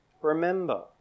remember